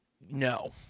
no